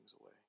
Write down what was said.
away